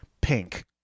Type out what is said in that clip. Pink